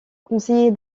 conseiller